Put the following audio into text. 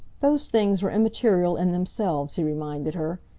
those things are immaterial in themselves, he reminded her.